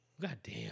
goddamn